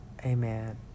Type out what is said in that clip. Amen